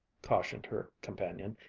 cautioned her companion.